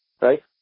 right